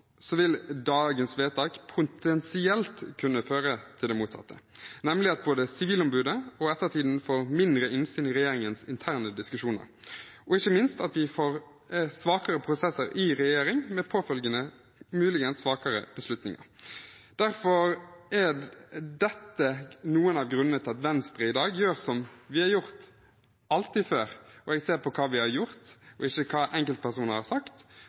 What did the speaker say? vil dagens vedtak potensielt kunne føre til det motsatte, nemlig at både Sivilombudet og ettertiden får mindre innsyn i regjeringens interne diskusjoner, og ikke minst at vi får svakere prosesser i regjering med påfølgende, og muligens, svakere beslutninger. Derfor er dette noen av grunnene til at Venstre i dag gjør som vi alltid har gjort før, og jeg ser på hva vi har gjort og ikke hva enkeltpersoner har sagt.